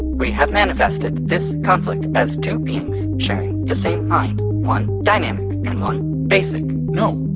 we have manifested this conflict as two beings sharing the same mind one dynamic, and one basic no.